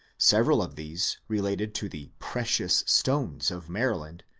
several of these related to the precious stones of maryland,